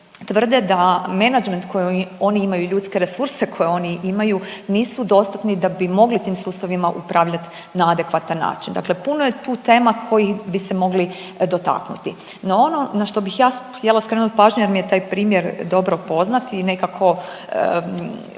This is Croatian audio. tvrde da menadžment koji oni imaju i ljudske resurse koje oni imaju, nisu dostatni da bi mogli tim sustavima upravljati na adekvatan način. Dakle puno je tu tema kojih bi se mogli dotaknuti. No ono na što bih ja htjela skrenuti pažnju jer mi je taj primjer dobro poznat i nekako me